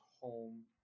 home